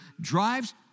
drives